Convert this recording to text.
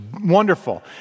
wonderful